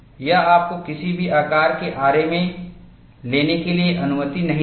यह आपको किसी भी आकार के आरे में लेने के लिए अनुमति नहीं देगा